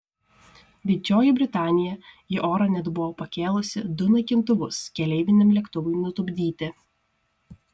didžioji britanija į orą net buvo pakėlusi du naikintuvus keleiviniam lėktuvui nutupdyti